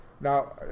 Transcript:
Now